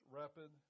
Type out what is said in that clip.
rapid